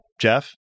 Jeff